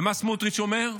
ומה סמוטריץ' אומר?